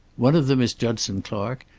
one of them is judson clark,